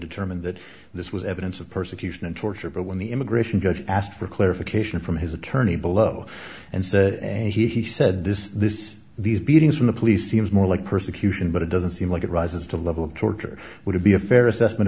determined that this was evidence of persecution and torture but when the immigration judge asked for clarification from his attorney below and said and he said this this these beatings from the police seems more like persecution but it doesn't seem like it rises to a level of torture would it be a fair assessment